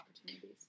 opportunities